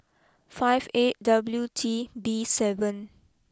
five eight W T B seven